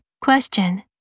Question